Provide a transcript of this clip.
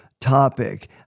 topic